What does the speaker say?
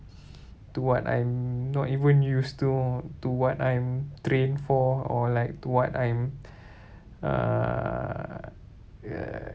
to what I'm not even used to or to what I'm trained for or like to what I'm uh uh